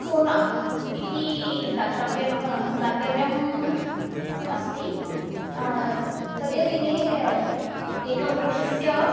सोना इति दातव्यं दातव्यम् अस्ति तदेव दिने एकं वृक्षस्य